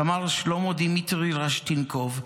סמ"ר שלמה דמיטרי רשטניקוב,